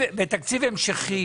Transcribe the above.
בתקציב ההמשכי